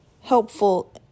helpful